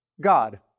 God